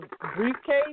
briefcase